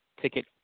ticket